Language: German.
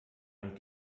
man